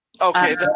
Okay